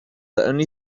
only